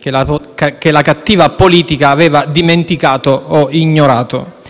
che la cattiva politica aveva dimenticato o ignorato